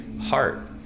heart